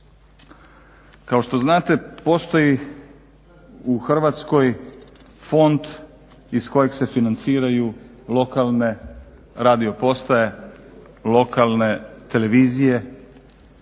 Kao što znate postoji u Hrvatskoj fond iz kojeg se financiraju lokalne radiopostaje, lokalne televizije